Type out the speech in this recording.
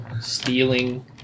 stealing